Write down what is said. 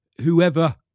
whoever